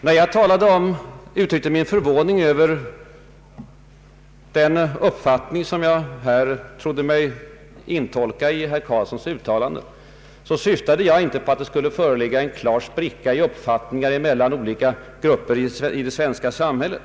När jag uttalade min förvåning över den uppfattning som jag trodde mig kunna intolka i statsrådet Carlssons uttalande, syftade jag inte på att det skulle föreligga betydande sprickor i uppfattningar mellan olika grupper i det svenska samhället.